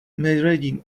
medvědím